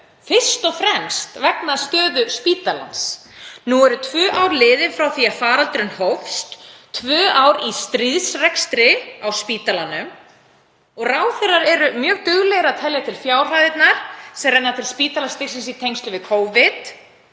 vegna stöðu spítalans. Nú eru tvö ár liðin frá því að faraldurinn hófst, tvö ár í stríðsrekstri á spítalanum, og ráðherrar eru mjög duglegir að telja til fjárhæðirnar sem renna til spítalastigsins í tengslum við Covid.